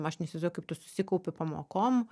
aš neįsivaizduoju kaip tu susikaupi pamokom